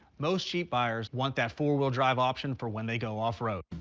most jeep buyers want that four-wheel drive option for when they go off road.